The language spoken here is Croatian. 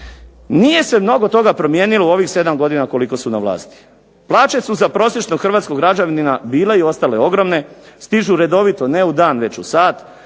nije se mnogo toga promijenilo u ovih 7 godina koliko su na vlasti. Plaće su za prosječnog hrvatskog građanina bile i ostale ogromne, stižu redovito ne u dan već u sat,